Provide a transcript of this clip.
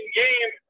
game